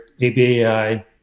ABAI